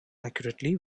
accurately